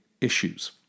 issues